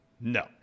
No